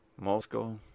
Moscow